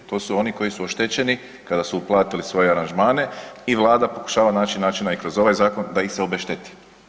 To su oni koji su oštećeni kada su uplatili svoje aranžmane i Vlada pokušava naći načina i kroz ovaj Zakon da ih se obešteti.